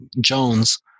Jones